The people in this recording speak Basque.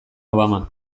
obama